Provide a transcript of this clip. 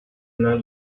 main